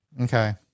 Okay